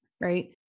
right